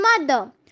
mother